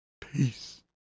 Peace